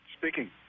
Speaking